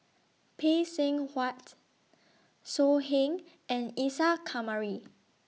Phay Seng Whatt So Heng and Isa Kamari